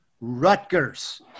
Rutgers